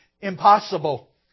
Impossible